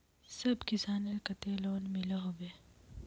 सब किसानेर केते लोन मिलोहो होबे?